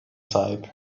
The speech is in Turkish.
sahip